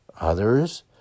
others